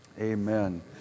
Amen